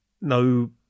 no